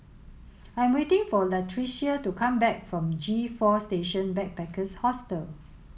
I'm waiting for Latricia to come back from G Four Station Backpackers Hostel